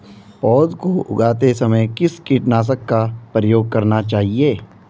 पौध को उगाते समय किस कीटनाशक का प्रयोग करना चाहिये?